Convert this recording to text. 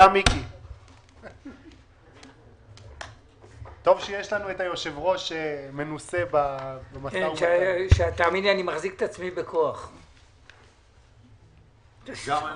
תהיה הסכמה,